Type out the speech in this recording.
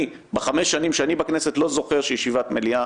אני בחמש השנים שאני בכנסת לא זוכר שישיבת מליאה